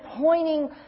pointing